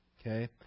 okay